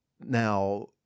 now